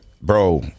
bro